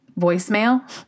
voicemail